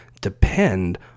depend